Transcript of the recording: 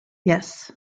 yes